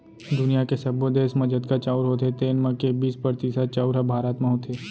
दुनियॉ के सब्बो देस म जतका चाँउर होथे तेन म के बीस परतिसत चाउर ह भारत म होथे